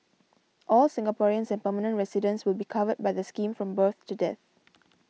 all Singaporeans and permanent residents will be covered by the scheme from birth to death